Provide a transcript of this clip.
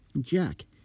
Jack